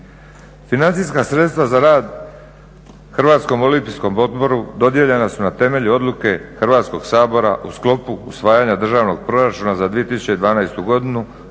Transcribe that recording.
Financijska sredstva za rad Hrvatskom olimpijskom odboru dodijeljena su na temelju odluke Hrvatskog sabora u sklopu usvajanja državnog proračuna za 2012. godinu